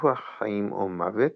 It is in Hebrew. ביטוח חיים או מוות.